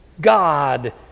God